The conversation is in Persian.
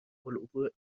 العبور